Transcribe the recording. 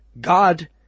God